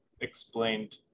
explained